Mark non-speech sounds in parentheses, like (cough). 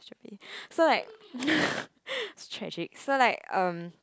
so like (laughs) it's tragic so like um